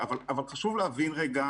אבל,